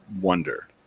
wonder